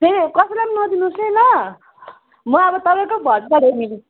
त्यो कसैलाई नदिनु होस् है ल म अब तपाईँको भर परे नि